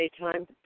daytime